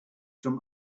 some